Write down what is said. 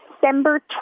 December